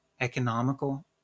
economical